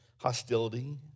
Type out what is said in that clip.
hostility